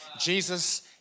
Jesus